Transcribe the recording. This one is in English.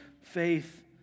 faith